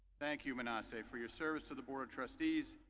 thank you, manasseh, for your service to the board of trustees,